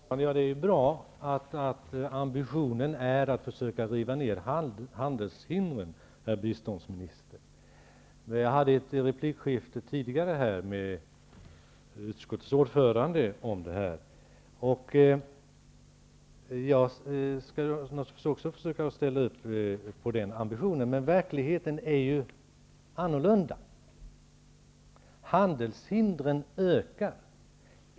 Herr talman! Det är bra att ambitionen är att försöka riva ner handelshindren, herr biståndsminister. Jag hade tidigare ett replikskifte med utskottets ordförande om detta. Jag skall naturligtvis också försöka ställa upp på den ambitionen. Men verkligheten är ju annorlunda. Handelshindren ökar.